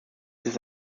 this